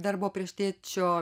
dar buvo prieš tėčio